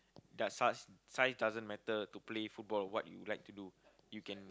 they're such size doesn't matter to play football what you like to do you can